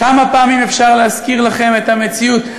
כמה פעמים אפשר להזכיר לכם את המציאות?